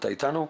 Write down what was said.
אתה איתנו?